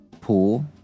pool